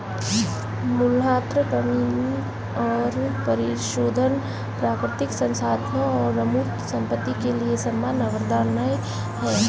मूल्यह्रास कमी और परिशोधन प्राकृतिक संसाधनों और अमूर्त संपत्ति के लिए समान अवधारणाएं हैं